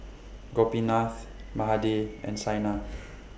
Gopinath Mahade and Saina